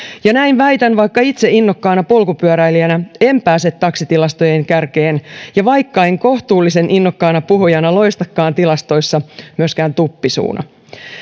ja näin väitän vaikka itse innokkaana polkupyöräilijänä en pääse taksitilastojen kärkeen ja vaikka en kohtuullisen innokkaana puhujana loistakaan tilastoissa myöskään tuppisuuna